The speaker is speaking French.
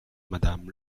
madame